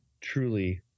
truly